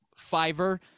fiverr